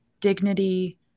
dignity